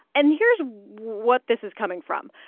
and here's what this is coming from.